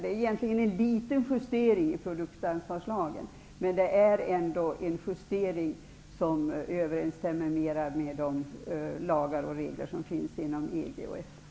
Det är egentligen en liten justering i produktansvarslagen. Men det är ändå en justering som överensstämmer mera med de lagar och regler som finns inom EG och övriga EFTA.